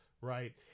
right